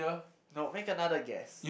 no make another guess